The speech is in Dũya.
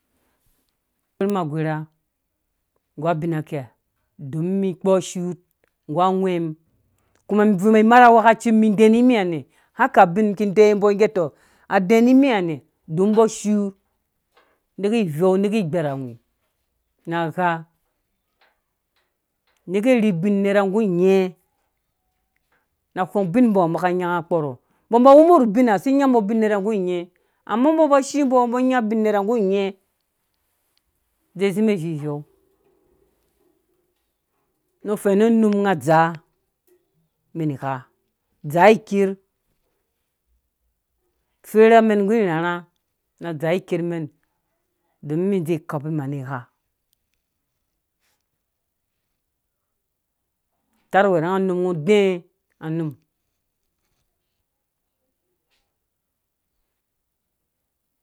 Gorhum agora nggu abin akiha dimin mi ko ashun ngu angwhɛ̃ mum mi bvui ba imar angwhɛ̃kaci mum kuma mi dɛɛ ni mihanɛ haka bin ki deyiwe mbɔ gɛ tɔh a dɛɛ nimihanɛ don mbɔ shur neke iuɛu neke ighɛrawhĩ na gha neke rhi nera nggu unyɛ na whɛng ubin mbɔ ka nyanga kpɔrɔ mbɔ wu mbɔ ru bina si nyabɔ ubin nerha nggu unye dze zĩmbɔ vivɛu ngɔ fɛnu numnga adzaa mɛn igha dzaa ikɛr fɛrha mɛn ngu rhãrhã na dzaa kɛr mɛn don mɛn dze kau ni mani gha tarh rru nga num ngɔ dɛɛ a num.